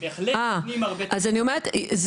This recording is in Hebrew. אז אני אומרת,